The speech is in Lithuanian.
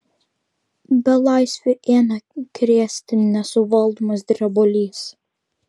belaisvį ėmė krėsti nesuvaldomas drebulys